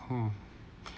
mm